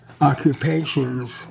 occupations